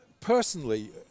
Personally